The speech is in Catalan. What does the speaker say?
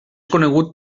conegut